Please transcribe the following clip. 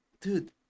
dude